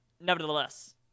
nevertheless